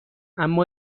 اما